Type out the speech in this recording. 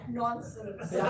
nonsense